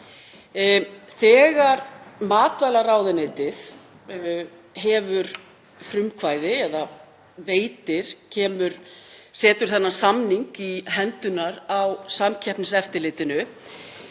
Þegar matvælaráðuneytið hefur frumkvæði eða setur þennan samning í hendurnar á Samkeppniseftirlitinu